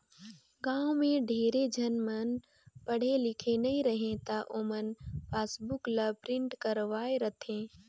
गाँव में ढेरे झन मन पढ़े लिखे नई रहें त ओमन पासबुक ल प्रिंट करवाये रथें